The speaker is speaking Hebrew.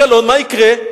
יקרה?